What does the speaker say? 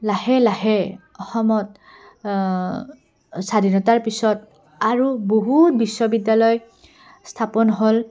লাহে লাহে অসমত স্বাধীনতাৰ পিছত আৰু বহুত বিশ্ববিদ্যালয় স্থাপন হ'ল